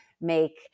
make